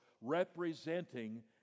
representing